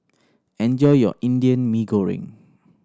enjoy your Indian Mee Goreng